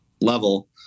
level